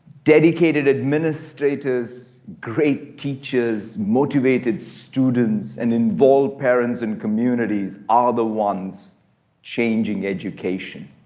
dedicated administrators, great teachers, motivated students, and involved parents and communities are the ones changing education.